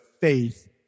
faith